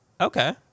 Okay